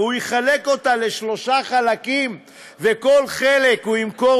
והוא יחלק אותה לשלושה חלקים וכל חלק הוא ימכור